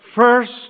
first